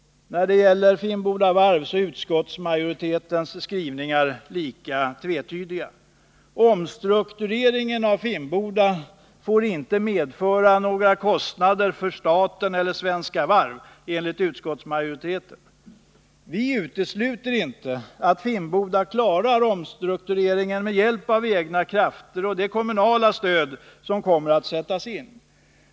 När det gäller Finnboda Varf är utskottsmajoritetens skrivningar lika tvetydiga. Omstruktureringen av Finnboda får, enligt utskottsmajoriteten, inte medföra några kostnader för staten eller Svenska Varv. Vi utesluter inte att Finnboda klarar omstruktureringen av egna krafter och med hjälp av det kommunala stöd som kommer att sättas in.